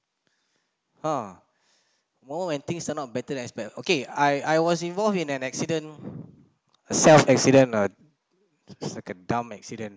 uh more when things are not better than I expect okay I I was involved in an accident a self-accident ah is like a dumb accident